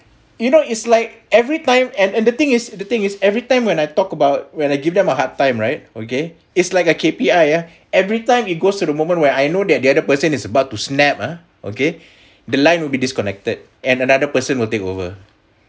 you know it's like everytime and and the thing is the thing is everytime when I talk about where I give them a hard time right okay it's like a K_P_I ah everytime it goes to the moment where I know that the other person is about to snap ah okay the line would be disconnected and another person will take over